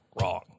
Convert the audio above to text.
wrong